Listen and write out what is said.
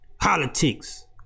Politics